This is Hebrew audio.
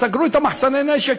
סגרו את מחסני הנשק.